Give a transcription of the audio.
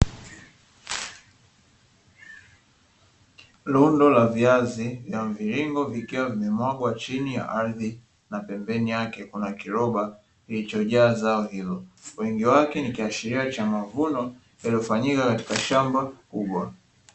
Rundo la viazi vya mviringo vikiwa vimemwagwa chini ya ardhi na pembeni yake kuna kiroba kilichojaa zao hilo. Wingi wake ni kiashiria cha mavuno, yaliyofanyika katika shamba kubwa.